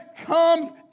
comes